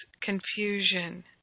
confusion